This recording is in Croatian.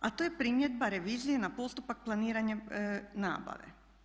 A to je primjedba revizije na postupak planiranja nabave.